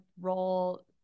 role